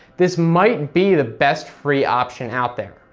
this might be the best free option out there.